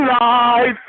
life